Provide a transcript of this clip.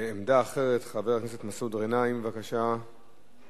עמדה אחרת, חבר הכנסת מסעוד גנאים, בבקשה מהצד.